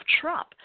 Trump